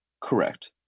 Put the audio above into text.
Correct